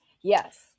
Yes